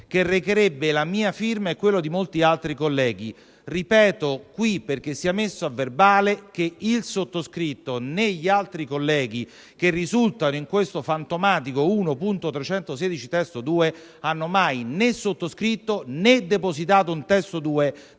che recherebbe la mia firma e quella di molti altri colleghi. Ripeto qui, perché sia messo a verbale, che né il sottoscritto né gli altri colleghi che risultano in questo fantomatico emendamento 1.316 (testo 2) hanno mai né sottoscritto né depositato un testo 2